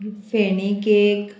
feni cake